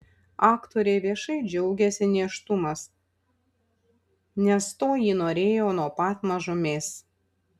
aktorė viešai džiaugiasi nėštumas nes to ji norėjo nuo pat mažumės